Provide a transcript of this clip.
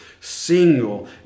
single